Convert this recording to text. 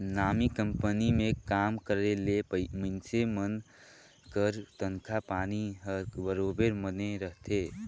नामी कंपनी में काम करे ले मइनसे मन कर तनखा पानी हर बरोबेर बने रहथे